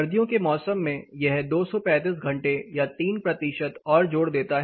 सर्दियों के मौसम में यह 235 घंटे या तीन प्रतिशत और जोड़ देता है